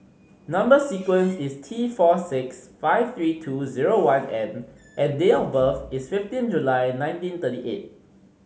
number sequence is T four six five three two zero one N and date of birth is fifteen July nineteen thirty eight